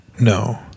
no